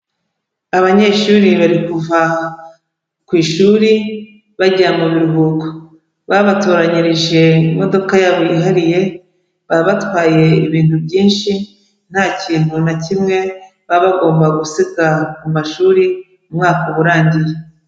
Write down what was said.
Abanyeshuri bari kuva ku ishuri bajya mu biruhuko, babatoranyirije imodoka yabo yihariye, baba batwaye ibintu byinshi nta kintu na kimwe baba bagomba gusiga ku mashuri, umwaka uba urangiye.